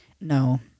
no